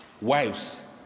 Wives